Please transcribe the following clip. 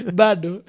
bado